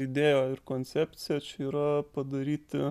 idėja ir koncepcija čia yra padaryti